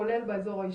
כולל באזור האישי,